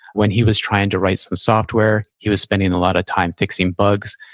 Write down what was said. when he was trying to write some software, he was spending a lot of time fixing bugs,